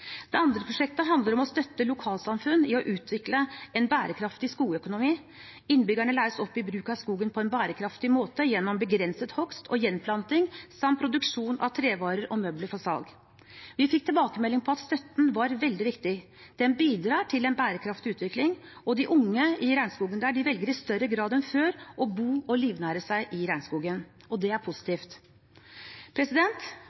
Det andre prosjektet handler om å støtte lokalsamfunn i å utvikle en bærekraftig skogøkonomi. Innbyggerne læres opp i bruk av skogen på en bærekraftig måte gjennom begrenset hogst og gjenplanting samt i produksjon av trevarer og møbler for salg. Vi fikk tilbakemelding på at støtten var veldig viktig. Den bidrar til en bærekraftig utvikling, og de unge i regnskogen velger i større grad enn før å bo og livnære seg i regnskogen. Det er